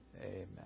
amen